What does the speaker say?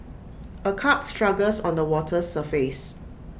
A carp struggles on the water's surface